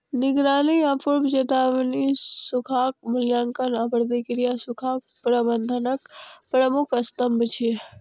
निगरानी आ पूर्व चेतावनी, सूखाक मूल्यांकन आ प्रतिक्रिया सूखा प्रबंधनक प्रमुख स्तंभ छियै